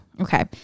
Okay